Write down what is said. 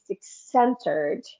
centered